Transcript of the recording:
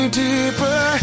deeper